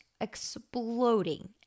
exploding